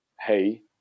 hey